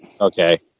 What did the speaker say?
Okay